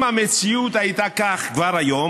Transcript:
אם המציאות הייתה כך כבר היום,